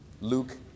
Luke